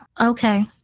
okay